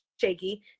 shaky